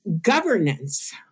governance